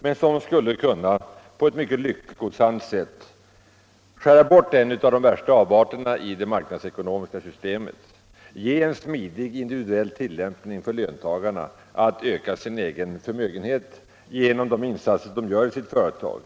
Denna lösning skulle på ett mycket lyckosamt sätt kunna skära bort en av de värsta avarterna i det marknadsekonomiska systemet, möjliggöra en smidig individuell möjlighet för löntagarna att öka sin egen förmögenhet genom de insatser de gör i sitt företag.